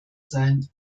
sein